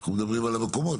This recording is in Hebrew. אנחנו מדברים על המקומות,